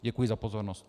Děkuji za pozornost.